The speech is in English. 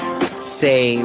say